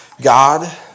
God